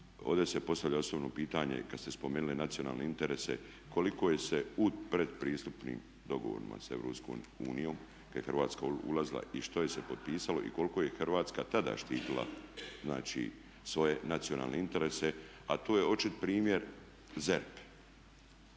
ovdje se postavlja osobno pitanje kad ste spomenuli nacionalne interese koliko se put pretpristupnim dogovorima sa EU kad je Hrvatska ulazila i što je se potpisalo i koliko je Hrvatska tada štitila znači svoje nacionalne interese a to je očit primjer ZERP,